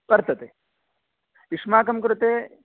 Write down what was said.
वर्तते युष्माकं कृते